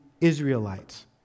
Israelites